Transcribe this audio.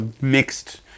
mixed